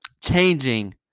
changing